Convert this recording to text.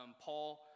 Paul